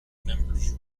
members